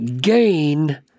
gain